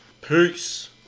Peace